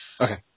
Okay